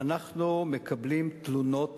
אנחנו מקבלים תלונות